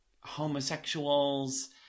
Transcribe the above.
homosexuals